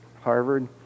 Harvard